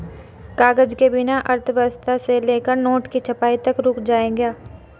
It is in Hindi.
कागज के बिना अर्थव्यवस्था से लेकर नोट की छपाई तक रुक जाएगा